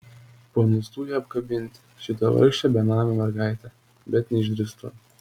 panūstu ją apkabinti šitą vargšę benamę mergaitę bet neišdrįstu